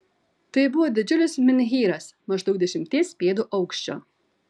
tai buvo didžiulis menhyras maždaug dešimties pėdų aukščio